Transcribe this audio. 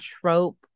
trope